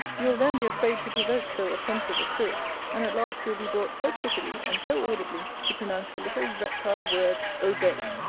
you will then be afraid to provoke so offensive a spirit and at last will be brought so prettily, and so audibly, to pronounce the little reptile word obey,